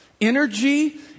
energy